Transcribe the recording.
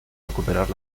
recuperar